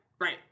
right